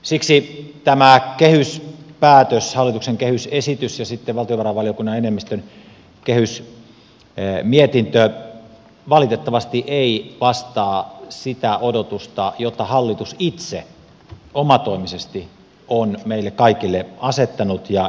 siksi tämä kehyspäätös hallituksen kehysesitys ja sitten valtiovarainvaliokunnan enemmistön kehysmietintö valitettavasti ei vastaa sitä odotusta jota hallitus itse omatoimisesti on meille kaikille asettanut ja esittänyt